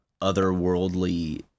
otherworldly